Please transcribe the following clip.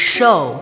Show